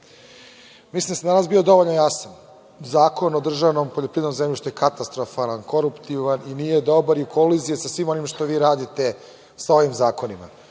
Mislim da sam danas bio dovoljno jasan, Zakon o državnom poljoprivrednom zemljištu je katastrofalan, koruptivan i nije dobar i kolizija je sa svim onim što vi radite sa ovim zakonima.